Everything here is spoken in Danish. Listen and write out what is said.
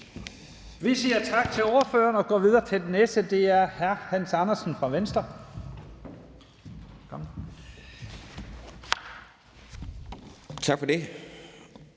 Vi siger tak til ordføreren og går videre til den næste, og det er hr. Hans Andersen fra Venstre.